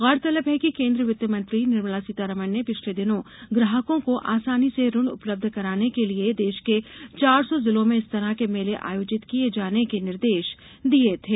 गौरतलब है कि कोन्द्रीय वित्त मंत्री निर्मला सीतारमण ने पिछले दिनों ग्राहकों को आसानी से ऋण उपलब्ध कराने के लिए देश के चार सौ जिलों में इस तरह के मेले आयोजित किये जाने के निर्देश दिये थे